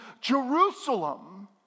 Jerusalem